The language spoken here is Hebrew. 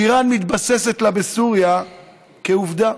ואיראן מתבססת לה בסוריה כעובדה.